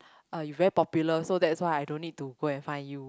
uh you very popular so that's why I don't need to go and find you